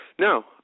No